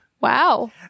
Wow